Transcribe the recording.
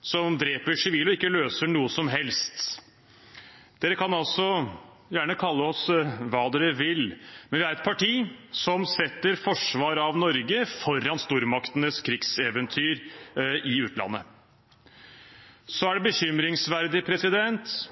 som dreper sivile og ikke løser noe som helst. Man kan gjerne kalle oss hva man vil, men vi er et parti som setter forsvaret av Norge foran stormaktenes krigseventyr i utlandet. Det er bekymringsverdig